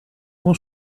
buon